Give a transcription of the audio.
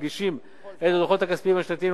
המגישים את הדוחות הכספיים השנתיים